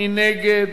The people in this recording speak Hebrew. מי נגד?